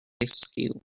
askew